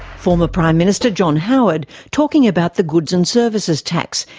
former prime minister john howard talking about the goods and services tax,